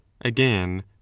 again